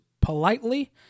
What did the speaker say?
politely